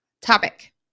Topic